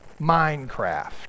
Minecraft